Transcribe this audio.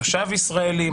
תושב ישראלי,